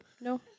No